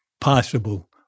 possible